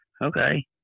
okay